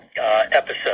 episode